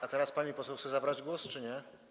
A teraz pani poseł chce zabrać głos czy nie?